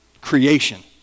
creation